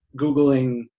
googling